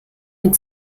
mit